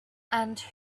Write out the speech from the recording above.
and